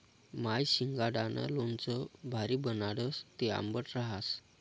माय शिंगाडानं लोणचं भारी बनाडस, ते आंबट रहास